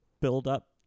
build-up